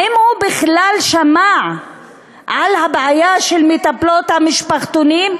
האם הוא בכלל שמע על הבעיה של מטפלות המשפחתונים?